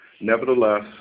Nevertheless